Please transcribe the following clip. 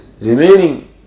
remaining